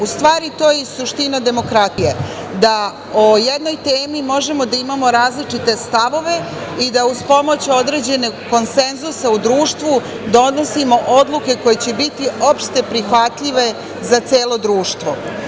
U stvari, to je i suština demokratije, da o jednoj temi možemo da imamo različite stavove i da uz pomoć određenog konsenzusa u društvu donosimo odluke koje će biti opšte prihvatljive za celo društvo.